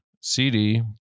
CD